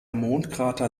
mondkrater